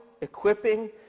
equipping